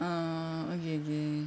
err okay okay